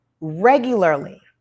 regularly